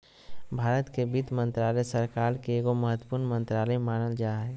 भारत के वित्त मन्त्रालय, सरकार के एगो महत्वपूर्ण मन्त्रालय मानल जा हय